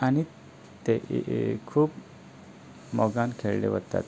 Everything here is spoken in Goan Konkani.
आनी ते खूब मोगान खेळिळ्ळे वतात